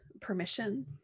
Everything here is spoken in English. permission